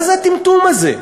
מה זה הטמטום זה?